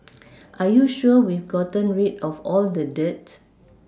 are you sure we've gotten rid of all the dirt